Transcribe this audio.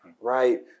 right